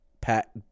pat